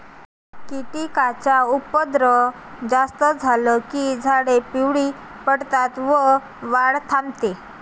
कीटकांचा उपद्रव जास्त झाला की झाडे पिवळी पडतात व वाढ थांबते